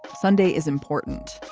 sunday is important.